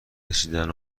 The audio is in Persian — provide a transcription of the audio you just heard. رسیدن